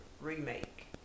remake